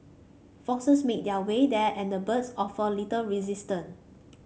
foxes made their way there and the birds offered little resistance